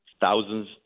thousands